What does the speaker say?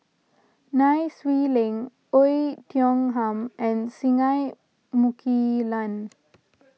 Nai Swee Leng Oei Tiong Ham and Singai Mukilan